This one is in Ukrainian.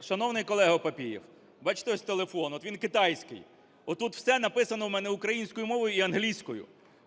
Шановний колегоПапієв, бачите, ось телефон? Ось він китайський. Отут все написано у мене українською мовою і англійською,